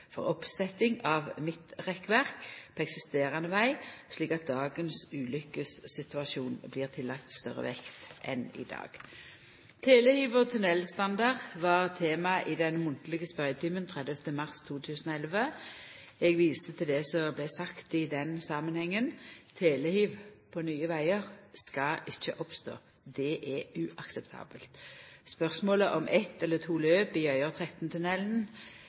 for oppsetting av midtrekkverk på eksisterande veg, slik at det blir lagt større vekt på dagens ulukkessituasjon enn i dag. Telehiv og tunnelstandard var tema i den munnlege spørjetimen 30. mars 2011. Eg viser til det som vart sagt i den samanhengen. Telehiv på nye vegar skal ikkje oppstå. Det er uakseptabelt. Spørsmålet om eitt eller to løp